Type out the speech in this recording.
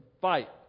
fight